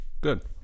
good